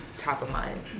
top-of-mind